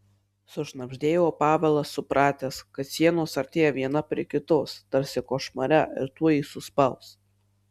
sušnabždėjo pavelas supratęs kad sienos artėja viena prie kitos tarsi košmare ir tuoj jį suspaus